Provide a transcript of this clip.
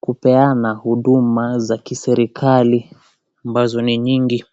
kupeana huduma za kiserikali ambazo ni nyingi.